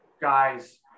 guys